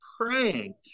praying